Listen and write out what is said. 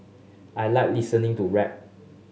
I like listening to rap